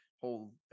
whole